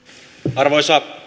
arvoisa